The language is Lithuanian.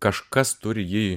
kažkas turi jį